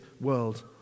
world